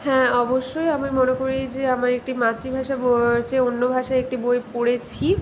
হ্যাঁ অবশ্যই আমি মনে করি যে আমার একটি মাতৃভাষা বোর চেয়েও অন্য ভাষায় একটি বই পড়েছি